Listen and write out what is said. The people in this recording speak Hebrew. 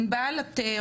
ענבל או אפרת,